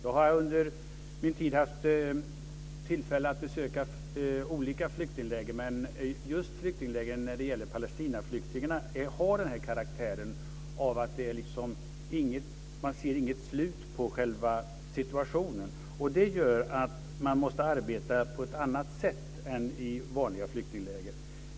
Under min tid har jag haft tillfälle att besöka olika flyktingläger, och just flyktinglägren för de palestinska flyktingarna har den karaktären att man inte ser något slut på själva situationen. Det gör att man måste arbeta på ett annat sätt än i vanliga flyktingläger.